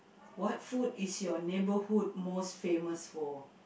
what food is your neighborhood most famous for